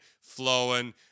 flowing